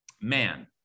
man